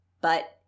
But-